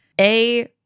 A-